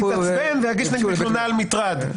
ויתעצבן ויגיש נגדי תלונה על מטרד.